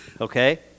okay